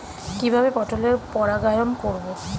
কিভাবে পটলের পরাগায়ন করব?